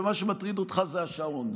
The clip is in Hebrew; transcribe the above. ומה שמטריד אותך זה השעון.